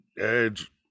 Edge